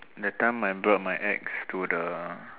that time I brought my ex to the